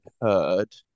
heard